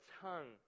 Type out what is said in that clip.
tongue